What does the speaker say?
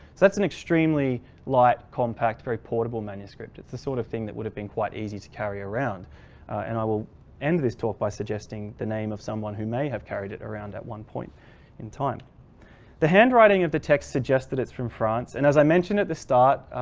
so that's an extremely light compact very portable manuscript. it's the sort of thing that would have been quite easy to carry around and i will end this talk by suggesting the name of someone who may have carried it around at one point in time the handwriting of the text suggests that it's from france and as i mentioned at the start